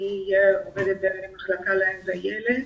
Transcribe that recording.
אני עובדת במחלקה לאם וילד.